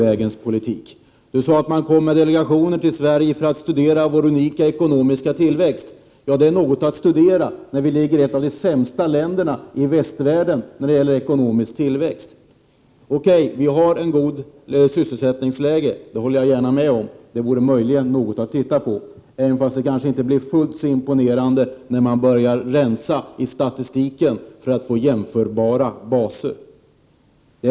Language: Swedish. Åke Wictorsson sade att delegationer kommer till Sverige för att studera vår unika ekonomiska tillväxt. Ja, den är något att studera, när vi är ett av de sämsta länderna i västvärlden när det gäller ekonomisk tillväxt. Okej, vi har ett gott sysselsättningsläge, det håller jag gärna med om. Det vore möjligen något att titta på, även om det inte blir fullt så imponerande när man börjar rensa i statistiken för att få jämförbara baser.